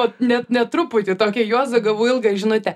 ne ne truputį tokią juozo gavau ilgą žinutę